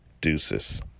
Deuces